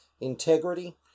Integrity